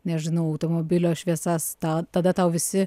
nežinau automobilio šviesas tą tada tau visi